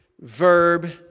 verb